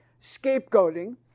scapegoating